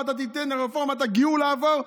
ואם אתה תיתן לרפורמת הגיור לעבור,